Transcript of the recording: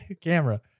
camera